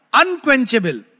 unquenchable